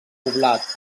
poblat